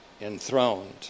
enthroned